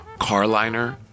Carliner